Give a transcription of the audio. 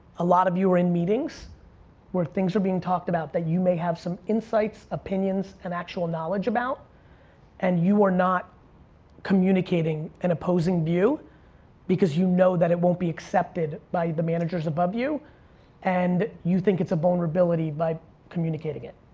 a lot of you are in meetings where things are being talked about that you may have some insights, opinions and actual knowledge about and you are not communicating an opposing view because you know that it won't be accepted by the managers above you and you think it's a vulnerability by communicating it.